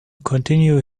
continue